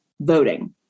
voting